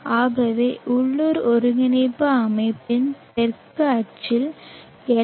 ஆகவே உள்ளூர் ஒருங்கிணைப்பு அமைப்பின் தெற்கு அச்சில் எல்